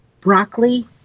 broccoli